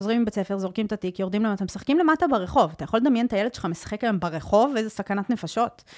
חוזרים מבית הספר, זורקים את התיק, יורדים למטה, משחקים למטה ברחוב. אתה יכול לדמיין את הילד שלך משחק היום ברחוב, איזו סכנת נפשות.